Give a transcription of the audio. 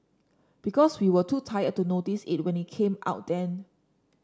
because we were too tired to notice it when it came out then